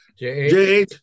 JH